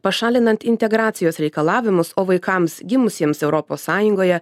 pašalinant integracijos reikalavimus o vaikams gimusiems europos sąjungoje